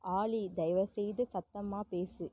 ஆலி தயவுசெய்து சத்தமா பேசு